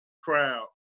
crowd